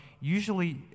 usually